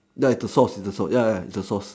ya it's the sauce it's the sauce ya ya it's the sauce